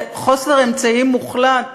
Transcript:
בחוסר אמצעים מוחלט,